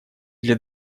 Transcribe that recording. для